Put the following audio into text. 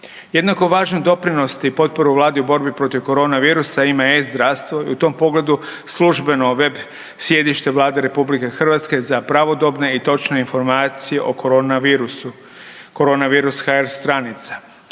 Jednako važan doprinos i potporu Vladi u borbi protiv korona virusa ima e-zdravstvo i u tom pogledu službeno web sjedište Vlade RH za pravodobne i točne informacije o korona virusu. Koronavirus.hr stranica